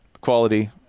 Quality